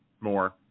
more